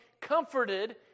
comforted